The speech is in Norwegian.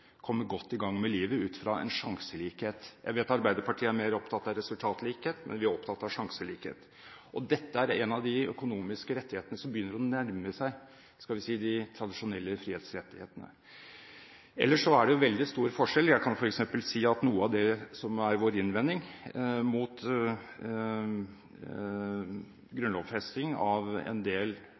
kommer godt i gang med livet ut fra en sjanselikhet. Jeg vet at Arbeiderpartiet er mer opptatt av resultatlikhet, men vi er opptatt av sjanselikhet. Og dette er en av de økonomiske rettighetene som begynner å nærme seg de tradisjonelle frihetsrettighetene. Jeg kan ellers si at noe av det som er vår innvending mot grunnlovfesting av en del